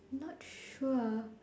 not sure